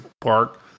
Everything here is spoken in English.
Park